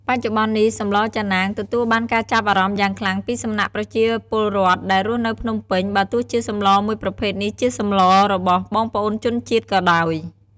បច្ចុប្បន្ននេះ សម្លចាណាង ទទួលបានការចាប់អារម្មណ៍យ៉ាងខ្លាំង ពីសំណាក់ប្រជាពលរដ្ឋដែលរស់នៅភ្នំពេញ បើទោះជាសម្លមួយប្រភេទនេះជាសម្លបស់បងប្អូនជនជាតិក៏ដោយ។